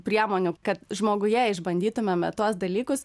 priemonių kad žmoguje išbandytumėme tuos dalykus